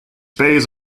base